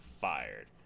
fired